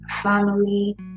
family